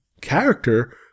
character